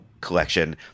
collection